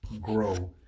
grow